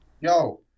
Yo